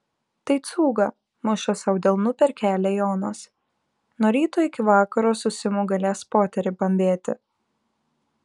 tai cūga muša sau delnu per kelią jonas nuo ryto iki vakaro su simu galės poterį bambėti